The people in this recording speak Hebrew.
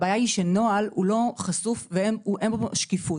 הבעיה היא שנוהל הוא לא חשוף ואין בו שקיפות.